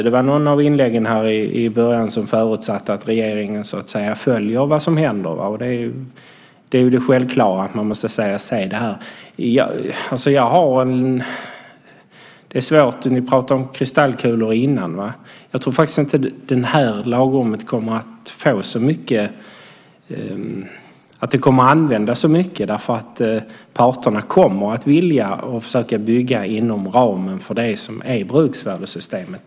Det var någon här i början som förutsatte att regeringen följer vad som händer, och det är ju det självklara, att man måste följa det här. Ni pratade förut om kristallkulor. Jag tror faktiskt inte att det här lagrummet kommer att användas så mycket eftersom parterna kommer att vilja och försöka bygga inom ramen för det som är bruksvärdessystemet.